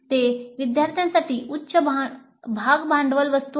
ते विद्यार्थ्यांसाठी उच्च भागभांडवल वस्तू आहेत